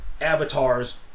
avatars